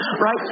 Right